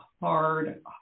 hard